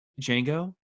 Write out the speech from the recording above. Django